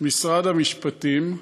משרד המשפטים,